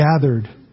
gathered